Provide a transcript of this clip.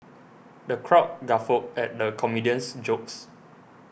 the crowd guffawed at the comedian's jokes